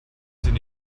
sind